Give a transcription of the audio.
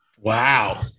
Wow